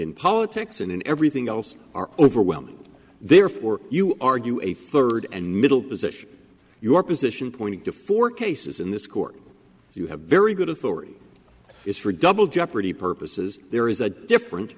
in politics and in everything else are overwhelming therefore you argue a third and middle position your position pointing to four cases in this court you have very good authority is for double jeopardy purposes there is a different